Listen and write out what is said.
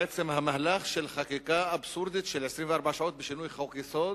בעצם המהלך של חקיקה אבסורדית של 24 שעות בשינוי חוק-יסוד?